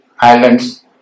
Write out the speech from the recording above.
Islands